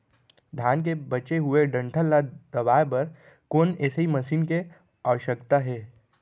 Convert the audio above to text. धान के बचे हुए डंठल ल दबाये बर कोन एसई मशीन के आवश्यकता हे?